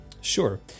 Sure